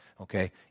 okay